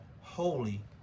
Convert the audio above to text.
holy